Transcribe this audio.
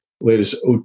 latest